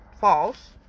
false